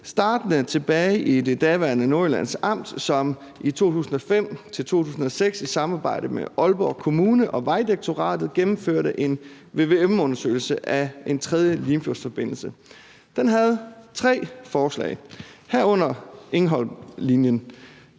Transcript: startende tilbage i det daværende Nordjyllands Amt, som i 2005-2006 i samarbejde med Aalborg Kommune og Vejdirektoratet gennemførte en vvm-undersøgelse af en tredje Limfjordsforbindelse. Den havde tre forslag, herunder Egholmlinjen.